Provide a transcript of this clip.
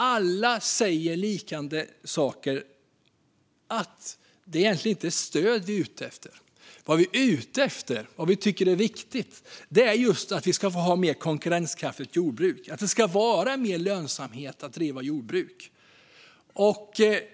Alla säger liknande saker: Det är egentligen inte stöd vi är ute efter. Vad vi är ute efter, vad vi tycker är viktigt, är just att vi ska få ha ett mer konkurrenskraftigt jordbruk, att det ska vara mer lönsamt att driva jordbruk.